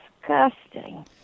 disgusting